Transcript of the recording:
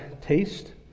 taste